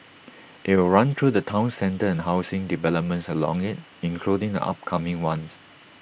IT will run through the Town centre and housing developments along IT including the upcoming one